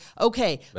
okay